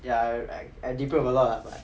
ya I deprove a lot